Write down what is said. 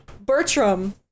Bertram